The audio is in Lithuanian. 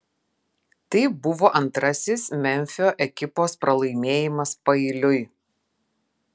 tai buvo antrasis memfio ekipos pralaimėjimas paeiliui